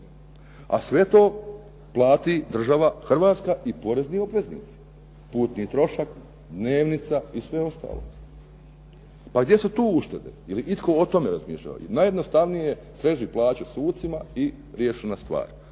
a sve to plati država Hrvatska i porezni obveznici. Putni trošak, dnevnica i sve ostalo. Pa gdje su tu uštede? Je li itko o tome razmišljao? Jer najjednostavnije je, sreži plaće sucima i riješena stvar.